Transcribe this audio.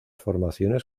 formaciones